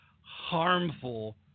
harmful